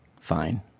Fine